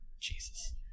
Jesus